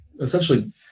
essentially